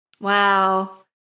Wow